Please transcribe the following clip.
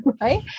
right